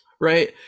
Right